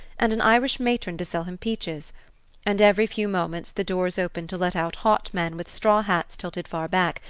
and an irish matron to sell him peaches and every few moments the doors opened to let out hot men with straw hats tilted far back,